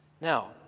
Now